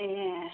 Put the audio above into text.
ए